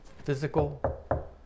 physical